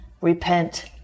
repent